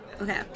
Okay